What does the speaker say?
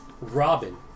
Robin